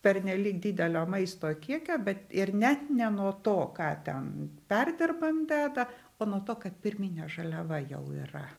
pernelyg didelio maisto kiekio bet ir net ne nuo to ką ten perdirbant deda o nuo to kad pirminė žaliava jau yra